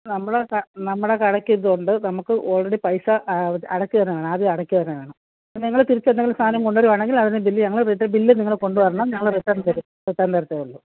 നമ്മൾ ക നമ്മുടെ കടയ്ക്ക് ഇതുണ്ട് നമുക്ക് ഓൾറെഡി പൈസ അടയ്ക്കുക തന്നെ വേണം ആദ്യം അടയ്ക്കുക തന്നെ വേണം നിങ്ങൾ തിരിച്ച് എന്തെങ്കിലും സാധനം കൊണ്ടുവരുവാണെങ്കിൽ അതിന് ബിൽ ഞങ്ങൾ ഇവിടുത്തെ ബിൽ നിങ്ങൾ കൊണ്ടുവരണം ഞങ്ങൾ റിട്ടേൺ തരും റിട്ടേൺ തരത്തേയുള്ളൂ